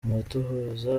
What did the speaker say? amatohoza